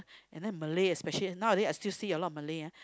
and then Malay especially nowadays I still see a lot of Malay ah